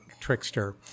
trickster